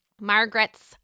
Margaret's